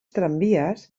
tramvies